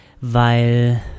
weil